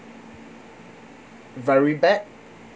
very bad